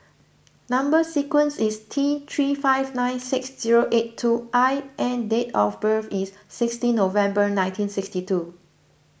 Number Sequence is T three five nine six zero eight two I and date of birth is sixteen November nineteen sixty two